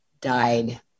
died